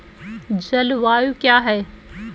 जलवायु क्या है?